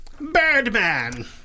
Birdman